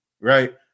right